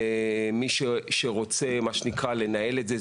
-- למי שרוצה, מה שנקרא, לנהל את זה.